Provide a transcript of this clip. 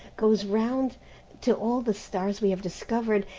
goes round to all the stars we have discovered,